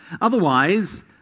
Otherwise